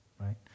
Right